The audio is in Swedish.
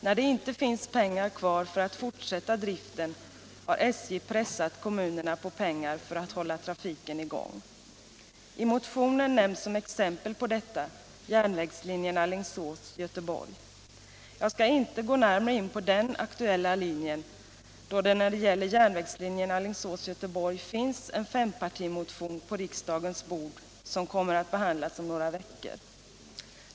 När det inte finns pengar kvar för att fortsätta driften har SJ pressat kommunerna på pengar för att hålla trafiken i gång. I motionen nämns som exempel på detta järnvägslinjen Alingsås-Göteborg. Jag skall inte gå närmare in på den frågan eftersom det när det gäller järnvägslinjen Alingsås-Göteborg finns en fempartimotion på riksdagens bord, som kommer att behandlas om några veckor.